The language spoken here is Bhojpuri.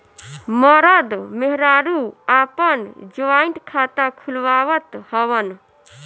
मरद मेहरारू आपन जॉइंट खाता खुलवावत हवन